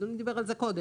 אדוני דיבר על זה קודם,